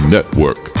Network